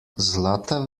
zlata